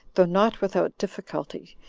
though not without difficulty,